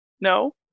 no